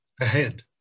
ahead